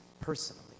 personally